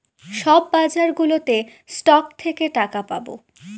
সব বাজারগুলোতে স্টক থেকে টাকা পাবো